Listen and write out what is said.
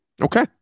Okay